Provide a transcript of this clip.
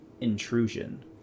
intrusion